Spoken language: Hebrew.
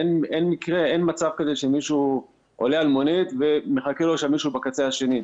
אין מצב כזה שמישהו עולה על מונית ומחכה לו מישהו בקצה השני.